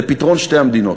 לפתרון שתי המדינות.